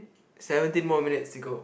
seventeen more minutes to go